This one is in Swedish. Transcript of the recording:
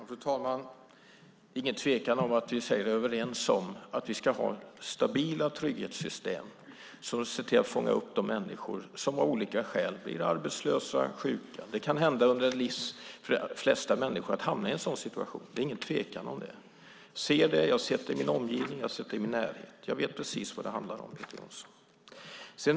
Fru talman! Det är ingen tvekan om att vi är överens om att vi ska ha stabila trygghetssystem som ser till att fånga upp de människor som av olika skäl blir arbetslösa eller sjuka. De flesta människor kan hamna i en sådan situation. Det är ingen tvekan om det. Jag har sett det i min omgivning, och jag har sett det i min närhet. Jag vet precis vad det handlar om, Peter Johnsson.